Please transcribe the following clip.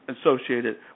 associated